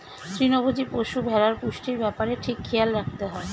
তৃণভোজী পশু, ভেড়ার পুষ্টির ব্যাপারে ঠিক খেয়াল রাখতে হয়